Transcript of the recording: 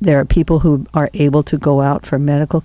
there are people who are able to go out for medical